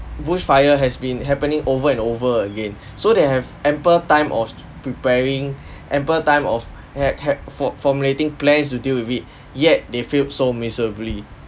bush fire has been happening over and over again so they have ample time of s~ preparing ample time of hack hack for formulating plans to deal with it yet they failed so miserably